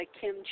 Kim